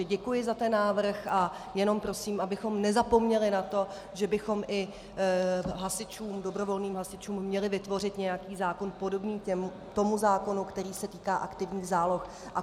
Děkuji za ten návrh a jenom prosím, abychom nezapomněli na to, že bychom i dobrovolným hasičům měli vytvořit nějaký zákon podobný tomu zákonu, který se týká aktivních záloh.